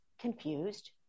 confused